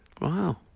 Wow